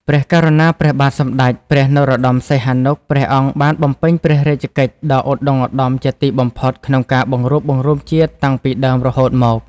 ព្រះករុណាព្រះបាទសម្តេចព្រះនរោត្តម សីហនុ ព្រះអង្គបានបំពេញព្រះរាជកិច្ចដ៏ឧត្តុង្គ ឧត្តមជាទីបំផុតក្នុងការបង្រួបបង្រួមជាតិតាំងពីដើមរហូតមក។